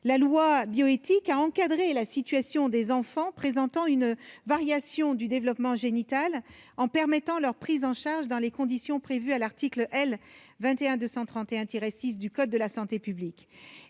à la bioéthique a ainsi encadré la situation des enfants présentant une variation du développement génital en permettant leur prise en charge dans les conditions prévues à l'article L. 2131-6 du code de la santé publique.